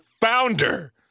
founder